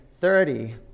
Thirty